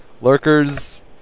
lurkers